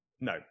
No